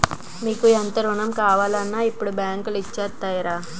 మీకు ఎంత రుణం కావాలన్నా ఇప్పుడు బాంకులు ఇచ్చేత్తాయిరా